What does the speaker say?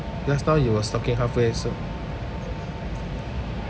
just now you was talking halfway so